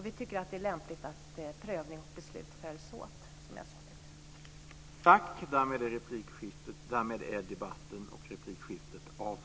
Vi tycker att det är lämpligt att prövning och beslut följs åt, som jag sade tidigare.